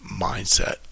mindset